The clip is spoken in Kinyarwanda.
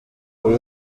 buri